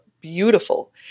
beautiful